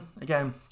again